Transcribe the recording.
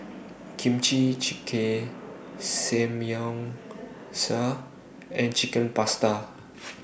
Kimchi Jjigae Samgyeopsal and Chicken Pasta